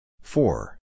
Four